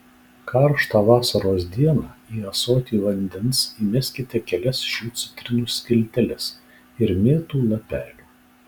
karštą vasaros dieną į ąsotį vandens įmeskite kelias šių citrinų skilteles ir mėtų lapelių